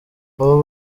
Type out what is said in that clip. abo